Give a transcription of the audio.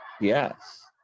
yes